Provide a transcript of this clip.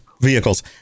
vehicles